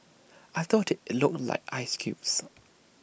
I thought IT looked like ice cubes